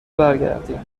برگردیم